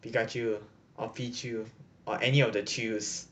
pikachu or pichu or any of the chus